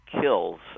kills